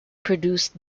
produced